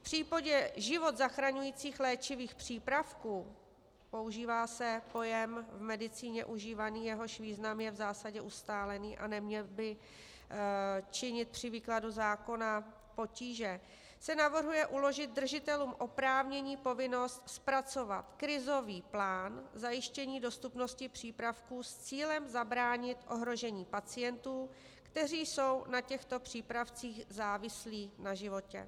V případě život zachraňujících léčivých přípravků používá se pojem v medicíně užívaný, jehož význam je v zásadě ustálený a neměl by činit při výkladu zákona potíže se navrhuje uložit držitelům oprávnění povinnost zpracovat krizový plán k zajištění dostupnosti přípravků s cílem zabránit ohrožení pacientů, kteří jsou na těchto přípravcích závislí na životě.